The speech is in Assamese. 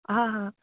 হা হা